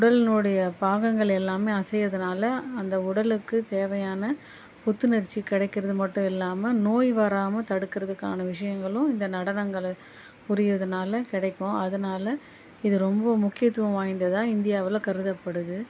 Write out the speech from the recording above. உடலினுடைய பாகங்கள் எல்லாமே அசைகிறதுனால அந்த உடலுக்கு தேவையான புத்துணர்ச்சி கிடைக்கிறது மட்டும் இல்லாமல் நோய் வராம தடுக்கிறதுக்கான விஷயங்களும் இந்த நடனங்களு புரிகிறதுனால கிடைக்கும் அதனால் இது ரொம்ப முக்கியத்துவம் வாய்ந்ததா இந்தியாவில் கருதப்படுது